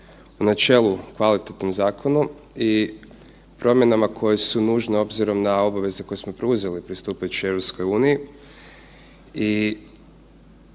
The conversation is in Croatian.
načelu kvalitetnim zakonom i promjenama koje su nužne obzirom na obaveze koje smo preuzeli pristupajući EU